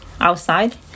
outside